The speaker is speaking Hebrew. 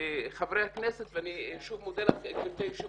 חברי הכנסת ואני שוב מודה לך גבירתי יושבת